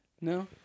No